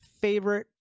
favorite